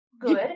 Good